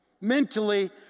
Mentally